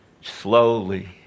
slowly